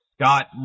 Scott